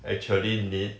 actually need